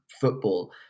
football